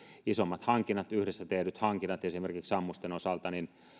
isommat yhdessä tehdyt hankinnat esimerkiksi ammusten osalta